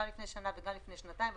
גם לפני שנה וגם לפני שנתיים,